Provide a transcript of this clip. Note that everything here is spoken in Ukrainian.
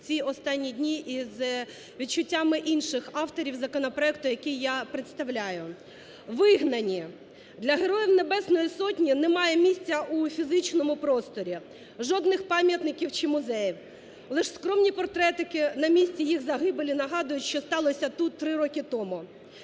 ці останні дні, із відчуттями інших авторів законопроекту, який я представляю. "Вигнані. Для Героїв Небесної Сотні немає місця у фізичному просторі – жодних пам'ятників чи музеїв. Лиш скромні портретики на місці їх загибелі нагадують, що сталося тут три роки тому.